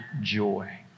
joy